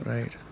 Right